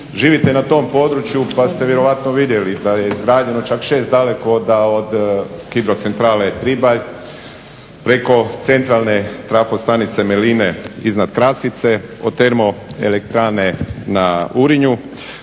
Živite na tom području pa ste vjerojatno vidjeli da je izgrađeno čak 6 dalekovoda od hidrocentrale Tribalj preko centralne trafostanice Meline iznad Krasice, od termoelektrane na Urinju.